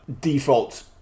default